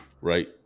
right